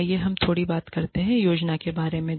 आइए हम थोड़ी बात करते हैं योजना के बारे में